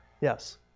Yes